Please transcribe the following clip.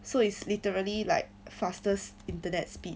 so it's literally like fastest internet speed